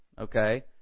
Okay